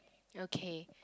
okay